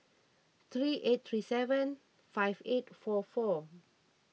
three eight three seven five eight four four